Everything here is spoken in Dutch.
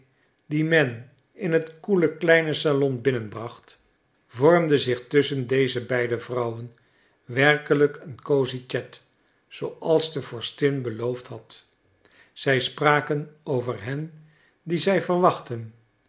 men in het koele kleine salon binnen bracht vormde zich tusschen deze beide vrouwen werkelijk een cosy chat zooals de vorstin beloofd had zij spraken over hen die zij verwachtten